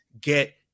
get